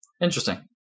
Interesting